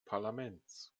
parlaments